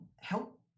help